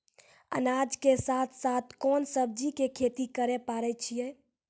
अनाज के साथ साथ कोंन सब्जी के खेती करे पारे छियै?